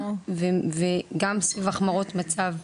וגם סביב החמרות מצב.